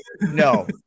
no